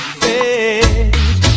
face